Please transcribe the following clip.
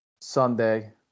Sunday